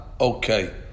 okay